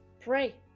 Pray